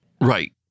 Right